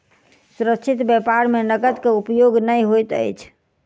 सुरक्षित व्यापार में नकद के उपयोग नै होइत अछि